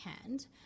hand